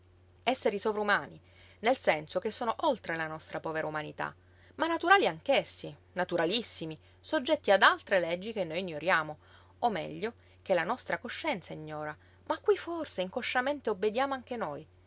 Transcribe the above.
esseri sovrumani nel senso che sono oltre la nostra povera umanità ma naturali anch'essi naturalissimi soggetti ad altre leggi che noi ignoriamo o meglio che la nostra coscienza ignora ma a cui forse inconsciamente obbediamo anche noi